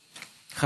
יושב-ראש.